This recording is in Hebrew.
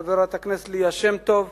חברת הכנסת ליה שמטוב,